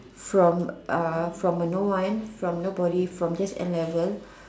from uh from a no one from nobody from just N-level